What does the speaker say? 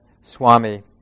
Swami